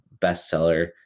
bestseller